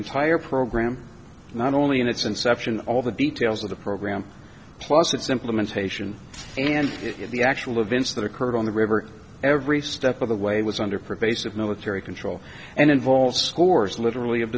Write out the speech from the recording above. entire program not only in its inception all the details of the program plus its implementation and the actual events that occurred on the river every step of the way was under pervasive military control and involved scores literally of